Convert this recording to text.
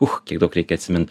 uch kiek daug reikia atsimint